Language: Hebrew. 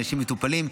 אנשים מטופלים,